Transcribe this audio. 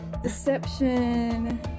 Deception